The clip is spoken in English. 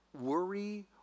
worry